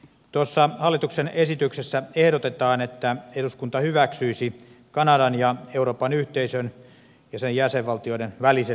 tuossa hallituksen esityksessä ehdotetaan että eduskunta hyväksyisi kanadan ja euroopan yhteisön ja sen jäsenvaltioiden välisen lentoliikennesopimuksen